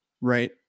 right